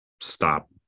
stop